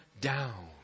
down